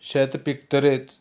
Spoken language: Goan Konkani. शेत पिकतरीच